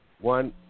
one